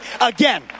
again